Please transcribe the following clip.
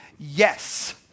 Yes